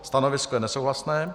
Stanovisko je nesouhlasné.